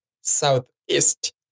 southeast